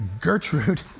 Gertrude